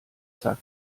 zack